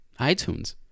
iTunes